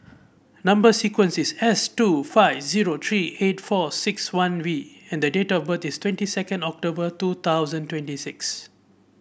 number sequence is S two five zero three eight four six one V and date of birth is twenty second October two thousand twenty six